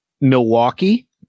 milwaukee